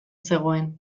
zegoen